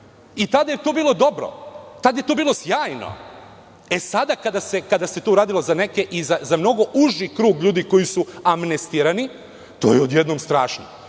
Vlada DS. I tada je to bilo sjajno. E sada kada se to radilo za neke, i za mnogo uži krug ljudi koji su amnestirani, to je odjednom strašno.